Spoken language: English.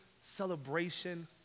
celebration